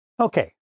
Okay